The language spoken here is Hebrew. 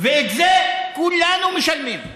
ואת זה כולנו משלמים.